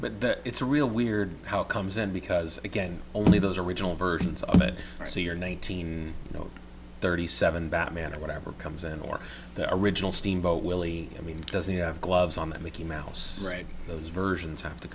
that it's real weird how it comes in because again only those original versions of it so you're nineteen you know thirty seven batman or whatever comes in or their original steamboat willie i mean does he have gloves on that making mouse those versions have to